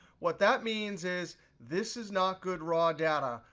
what that means is this is not good raw data.